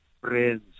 friends